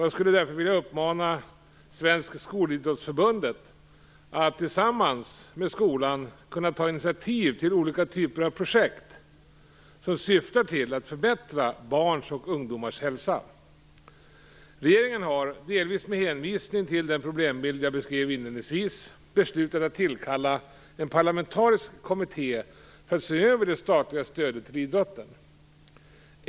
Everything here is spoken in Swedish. Jag skulle därför vilja uppmana Svenska skolidrottsförbundet att tillsammans med skolan ta initiativ till olika typer av projekt som syftar till att förbättra barns och ungdomars hälsa. Regeringen har, delvis med hänvisning till den problembild som jag inledningsvis beskrev, beslutat att tillkalla en parlamentarisk kommitté för att se över det statliga stödet till idrotten.